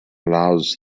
allows